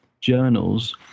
journals